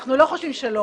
אנחנו לא חושבים שלא